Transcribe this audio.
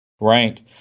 Right